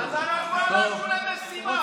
אז אנחנו הלכנו למשימה.